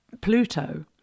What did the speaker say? pluto